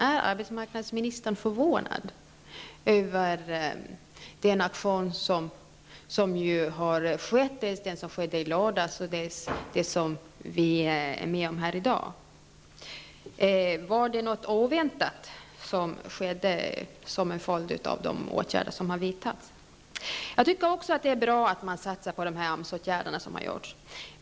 Är arbetsmarknadsministern förvånad över den aktion som ägt rum i lördags och det som vi är med om här i dag? Var det något oväntat som skedde till följd av de åtgärder som har vidtagits? Också jag tycker det är bra att man satsat på de AMS-åtgärder som nu har vidagits.